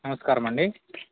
నమస్కారమండి